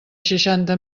seixanta